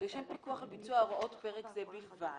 "לשם פיקוח על ביצוע הוראות פרק זה בלבד",